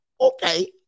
Okay